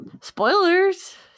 Spoilers